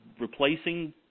replacing